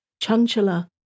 chanchala